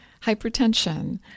hypertension